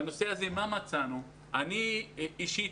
אני אישית,